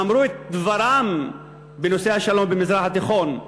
אמרו את דברם בנושא השלום במזרח התיכון,